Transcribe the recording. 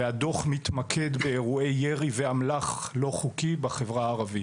והדוח מתמקד באירועי ירי ואמל"ח לא חוקי בחברה הערבית.